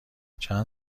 چند